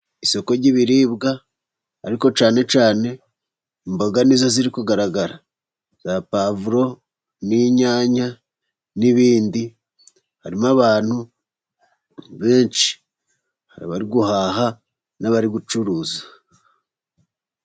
Isoko ry'ibiribwa ariko cyane cyane imboga, ni zo ziri kugaragara. Za puwavuro, n'inyanya n'ibindi, harimo abantu benshi. Abari guhaha, n'abari gucuruza.